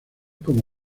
como